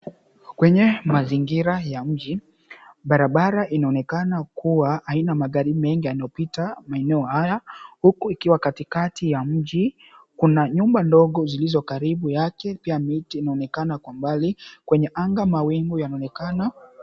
Kwenye mazingira ya mji, barabara inaonekana kuwa haina magari mengi yanayopita maeneo haya huku ikiwa katikati ya mji kuna nyumba ndogo zilizokaribu yake pia miti inaonekana kwa mbali kwenye anga mawingu yanaonekana.